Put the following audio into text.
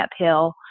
uphill